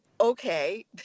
okay